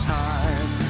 time